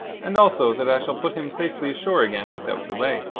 and also that i shall put him safely ashore again without delay.